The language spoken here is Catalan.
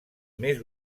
més